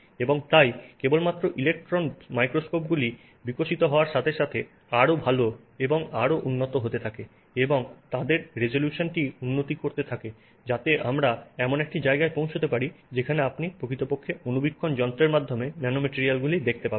এবং তাই কেবলমাত্র ইলেকট্রন মাইক্রোস্কোপগুলি বিকশিত হওয়ার সাথে সাথে আরও ভাল এবং আরও উন্নত হতে থাকে এবং তাদের রেজোলিউশনটি উন্নতি করতে থাকে যাতে আমরা এমন একটি জায়গায় পৌঁছতে পারি যেখানে আপনি প্রকৃতপক্ষে অণুবীক্ষণযন্ত্রের মাধ্যমে ন্যানোম্যাটিরিয়ালগুলি দেখতে পাবেন